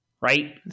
right